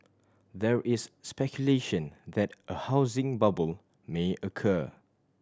there is speculation that a housing bubble may occur